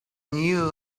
knew